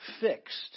fixed